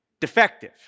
defective